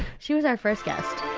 she was our first guest.